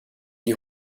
die